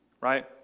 right